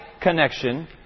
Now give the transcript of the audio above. connection